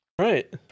Right